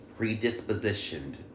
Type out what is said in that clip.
predispositioned